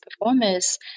performers